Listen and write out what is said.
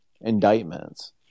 indictments